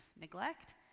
neglect